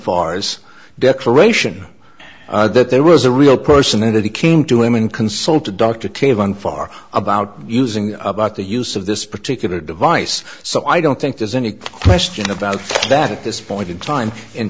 fars declaration that there was a real person and that he came to him and consult a doctor to have done far about using about the use of this particular device so i don't think there's any question about that at this point in time in